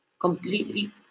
completely